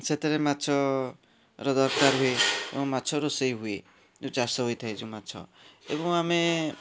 ସେଥିରେ ମାଛର ଦରକାର ହୁଏ ଏବଂ ମାଛ ରୋଷେଇ ହୁଏ ଯେଉଁ ଚାଷ ହୋଇଥାଏ ଯେଉଁ ମାଛ ଏବଂ ଆମେ